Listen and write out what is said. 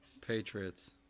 Patriots